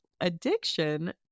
addiction